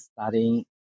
studying